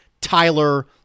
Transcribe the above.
Tyler